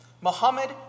Muhammad